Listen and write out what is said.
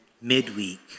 midweek